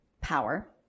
Power